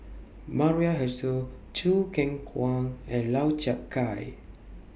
Maria Hertogh Choo Keng Kwang and Lau Chiap Khai